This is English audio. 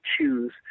choose